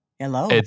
Hello